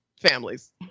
families